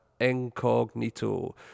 Incognito